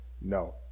No